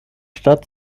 stadt